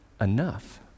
enough